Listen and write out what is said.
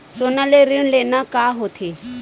सोना ले ऋण लेना का होथे?